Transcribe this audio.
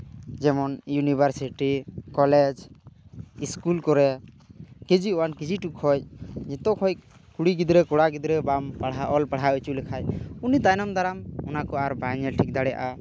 ᱡᱮᱢᱚᱱ university college school ᱠᱚᱨᱮ KG one KG two ᱠᱷᱚᱱ ᱱᱤᱛᱚᱜ ᱠᱷᱚᱡ ᱠᱚᱲᱟ ᱜᱤᱫᱽᱨᱟᱹ ᱠᱩᱲᱩ ᱜᱤᱫᱽᱨᱟ ᱵᱟᱝᱢ ᱚᱞ ᱯᱟᱲᱦᱟ ᱦᱚᱪᱚ ᱞᱮᱠᱷᱟᱡ ᱩᱱᱤ ᱫᱚ ᱛᱟᱭᱱᱚᱢ ᱫᱟᱨᱟᱢ ᱚᱱᱟ ᱠᱚ ᱟᱨ ᱵᱟᱭ ᱧᱮᱞ ᱴᱷᱤᱠ ᱫᱟᱲᱮᱭᱟᱜᱼᱟ